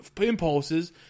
impulses